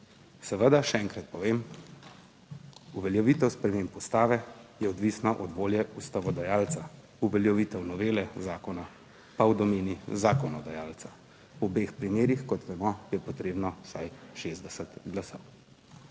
Seveda, še enkrat povem, uveljavitev sprememb Ustave je odvisna od volje ustavodajalca, uveljavitev novele zakona pa v domeni zakonodajalca. V obeh primerih, kot vemo, je potrebno vsaj 60 glasov.